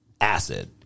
acid